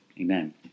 Amen